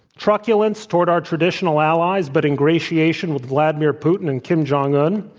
truculence toward our traditional allies but ingratiation with vladimir putin and kim jong un,